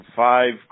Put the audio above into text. five